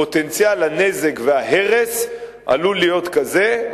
פוטנציאל ההרס והנזק עלול להיות כזה,